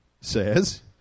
says